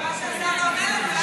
גם כחלון חושב ככה?